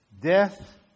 death